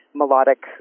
melodic